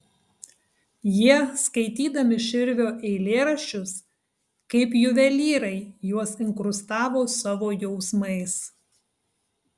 jie skaitydami širvio eilėraščius kaip juvelyrai juos inkrustavo savo jausmais